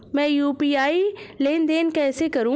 मैं यू.पी.आई लेनदेन कैसे करूँ?